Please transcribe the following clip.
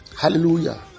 Hallelujah